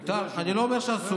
מותר, אני לא אומר שאסור.